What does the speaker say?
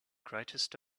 greatest